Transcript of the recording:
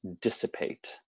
dissipate